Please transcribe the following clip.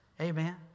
Amen